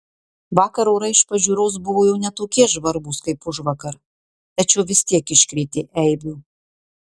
vakar orai iš pažiūros buvo jau ne tokie žvarbūs kaip užvakar tačiau vis tiek iškrėtė eibių